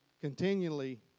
continually